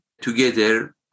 together